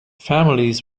families